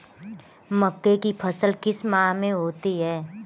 मक्के की फसल किस माह में होती है?